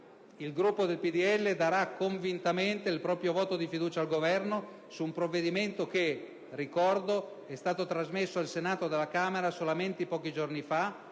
il Gruppo del PdL darà convintamente il proprio voto di fiducia al Governo su un provvedimento che - ricordo - è stato trasmesso al Senato dalla Camera solamente pochi giorni fa